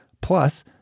Plus